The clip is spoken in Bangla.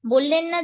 বললেন না যে